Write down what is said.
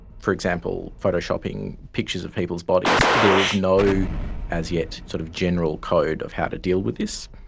for example photoshopping pictures of people's bodies, there is no as yet sort of general code of how to deal with this.